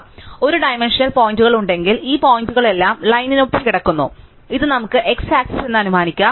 നമുക്ക് ഒരു ഡൈമൻഷണൽ പോയിന്റുകൾ ഉണ്ടെങ്കിൽ ഈ പോയിന്റുകളെല്ലാം ലൈനിനൊപ്പം കിടക്കുന്നു ഇത് നമുക്ക് x ആക്സിസ് എന്ന് അനുമാനിക്കാം